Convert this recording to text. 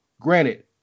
granted